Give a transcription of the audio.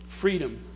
Freedom